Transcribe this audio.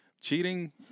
cheating